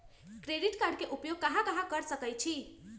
Credit card के उपयोग कहां कहां कर सकईछी?